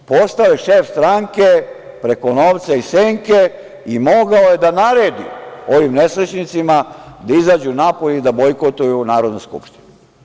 Postao je šef stranke preko novca iz senke i mogao je da naredi ovim nesrećnicima da izađu napolje i da bojkotuju Narodnu skupštinu.